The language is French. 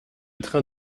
train